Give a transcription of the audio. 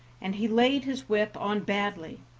and he laid his whip on badly.